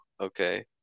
okay